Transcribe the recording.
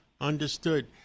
Understood